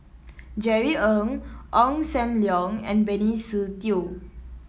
Jerry Ng Ong Sam Leong and Benny Se Teo